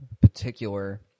particular